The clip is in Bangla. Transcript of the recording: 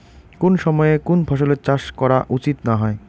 কুন সময়ে কুন ফসলের চাষ করা উচিৎ না হয়?